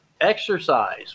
Exercise